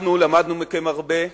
אנחנו למדנו מכם הרבה.